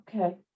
Okay